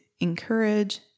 encourage